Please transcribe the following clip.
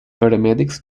paramedics